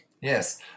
Yes